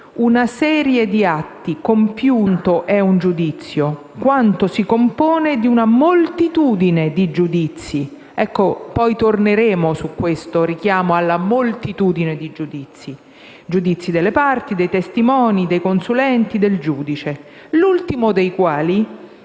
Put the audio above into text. il processo non tanto è un giudizio quanto si compone di una moltitudine di giudizi,» - poi torneremo su questo richiamo alla moltitudine dei giudizi - «delle parti, dei testimoni, dei consulenti e del giudice, l'ultimo dei quali,